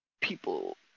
People